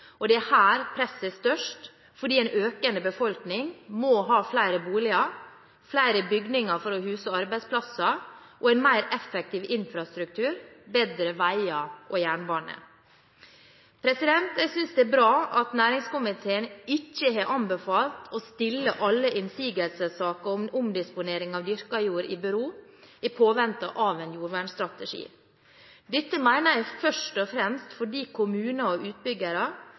og det er her presset er størst fordi en økende befolkning må ha flere boliger, flere bygninger for å huse arbeidsplasser og en mer effektiv infrastruktur, bedre veier og jernbane. Jeg synes det er bra at næringskomiteen ikke har anbefalt å stille alle innsigelsessaker om omdisponering av dyrket jord i bero i påvente av en jordvernstrategi. Dette mener jeg først og fremst fordi kommuner og utbyggere